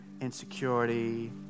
insecurity